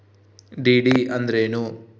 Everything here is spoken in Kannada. ಡಿ.ಡಿ ಅಂದ್ರೇನು?